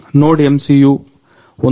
NodeMCU 1